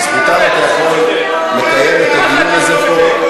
בזכותם אתה יכול לקיים את הדיון הזה פה.